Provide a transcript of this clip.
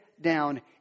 down